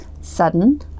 sudden